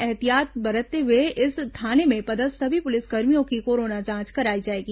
ऐहतियात बरतते हुए इस थाने में पदस्थ सभी पुलिसकर्मियों की कोरोना जांच कराई जाएगी